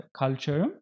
culture